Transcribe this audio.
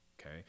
okay